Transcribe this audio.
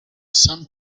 some